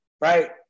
right